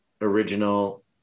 original